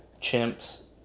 chimps